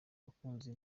abakunzi